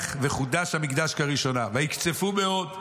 וחודש המקדש כבראשונה ויקצפו מאוד".